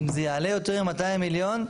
אם זה יעלה יותר מ-200 מיליון,